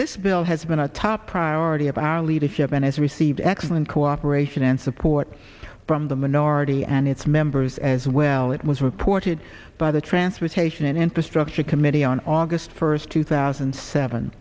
this bill has been a top priority of our leadership and has received excellent cooperation and support from the minority and its members as well it was reported by the transportation and infrastructure committee on august first two thousand and seven